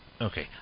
Okay